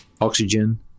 oxygen